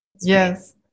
Yes